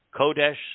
Kodesh